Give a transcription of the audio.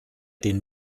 den